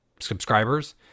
subscribers